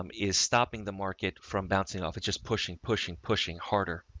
um is stopping the market from bouncing off it, just pushing, pushing, pushing harder.